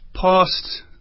past